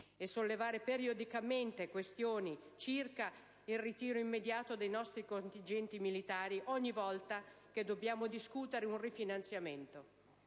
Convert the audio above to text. e sollevare periodicamente questioni circa il ritiro immediato dei nostri contingenti militari ogni volta che dobbiamo discutere un rifinanziamento.